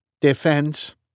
Defense